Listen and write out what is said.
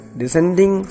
descending